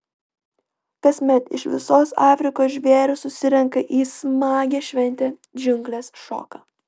kasmet iš visos afrikos žvėrys susirenka į smagią šventę džiunglės šoka